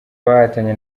bahatanye